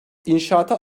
i̇nşaata